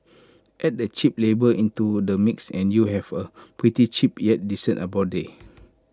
add the cheap labour into the mix and you have A pretty cheap yet decent abode